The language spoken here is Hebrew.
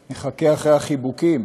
נחכה, אחרי החיבוקים.